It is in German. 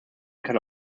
kann